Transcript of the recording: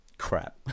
crap